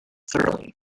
thoroughly